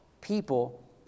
People